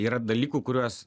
yra dalykų kuriuos